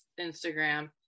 Instagram